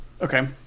Okay